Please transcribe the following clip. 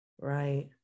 right